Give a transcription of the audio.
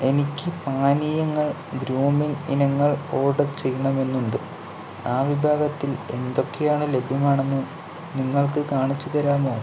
എനിക്ക് പാനീയങ്ങൾ ഗ്രൂമിംഗ് ഇനങ്ങൾ ഓർഡർ ചെയ്യണമെന്നുണ്ട് ആ വിഭാഗത്തിൽ എന്തൊക്കെയാണ് ലഭ്യമാണെന്ന് നിങ്ങൾക്ക് കാണിച്ച് തരാമോ